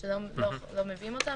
שלא מביאים אותם,